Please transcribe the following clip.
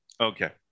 Okay